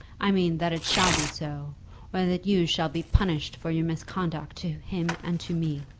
i mean that it shall be so or that you shall be punished for your misconduct to him and to me.